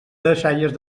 deixalles